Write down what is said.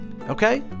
okay